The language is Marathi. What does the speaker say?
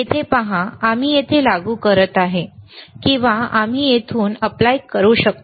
येथे पहा आम्ही येथे लागू करू शकतो किंवा आम्ही येथून अर्ज करू शकतो